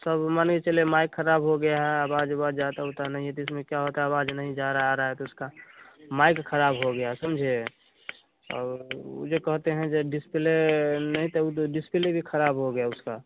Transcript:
सब मान के चलिए माइक ख़राब हो गया है अवाज़ उवाज़ जाता उता नहीं है तो इसमें क्या होता अवाज़ नहीं जा रहा आ रहा है तो उसका माइक ख़राब हो गया है समझे वह जो कहते हैं यह डिस्प्ले नहीं तो वह तो डिस्प्ले भी ख़राब हो गया उसका